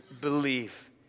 believe